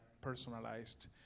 personalized